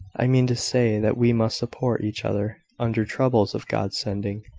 i mean to say that we must support each other under troubles of god's sending,